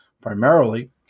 primarily